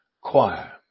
Choir